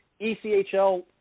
ECHL